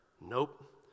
Nope